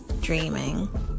dreaming